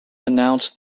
announced